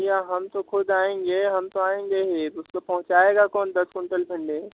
भैया हम तो खुद आएँगे हम तो आएँगे ही उसको पहुँचाएगा कौन दस कुंटल भिंडी